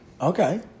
Okay